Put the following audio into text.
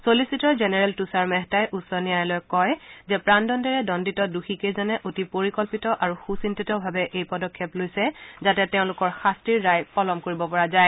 চলিচিটৰ জেনেৰেল তুষাৰ মেহতাই উচ্চ ন্যায়ালয়ক কয় যে প্ৰাণদণ্ডেৰে দণ্ডিত দোষী কেইজনে অতি পৰিকল্পিত আৰু সুচিন্তিতভাৱে এই পদক্ষেপ লৈছে যাতে তেওঁলোকৰ শাস্তিৰ ৰায় পলম কৰিব পৰা যায়